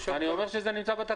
זה נמצא בתקנות.